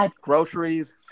groceries